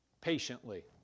patiently